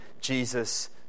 Jesus